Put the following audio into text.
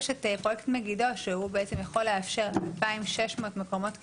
יש את פרויקט מגידו שיכול לאפשר 2,600 מקומות כליאה.